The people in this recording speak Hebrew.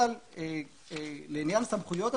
אבל לעניין הסמכויות,